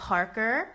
Parker